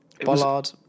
Bollard